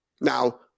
now